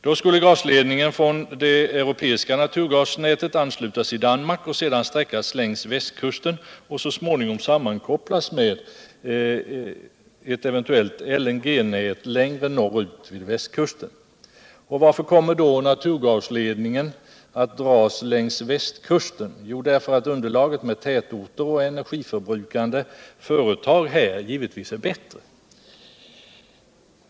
Då skulle gasledningen från det europeiska naturgasnätet anslutas i Danmark och sedan sträckas längs västkusten och så småningom sammankopplas med ett eventuellt LNG-nät längre norrut vid västkusten. Varför kommer naturgasledningen att dras längs västkusten”? Jo, därför att underlaget med tätorter och energiförbrukande företag givetvis är bättre här.